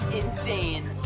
insane